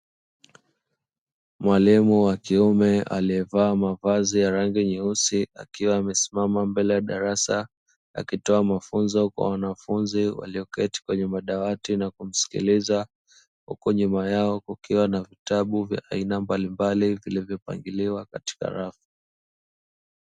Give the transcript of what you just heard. Mwalimu wa kiume aliyevaa mavazi ya rangi nyeusi. Akiwa amesimama mbele ya darasa akitoa mafunzo kwa wanafunzi walioketi kwenye madawati na kumsikiliza. Huku nyuma yao kukiwa na vitabu vya aina mbalimbali vilivyopangiliwa katika rafu.